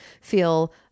feel